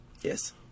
Yes